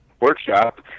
workshop